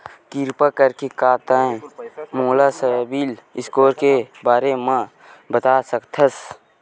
किरपा करके का तै मोला सीबिल स्कोर के बारे माँ बता सकथस?